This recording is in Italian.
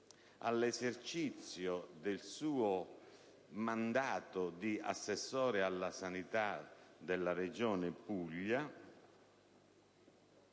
all'esercizio del suo mandato di assessore alla sanità della Regione Puglia,